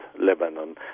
Lebanon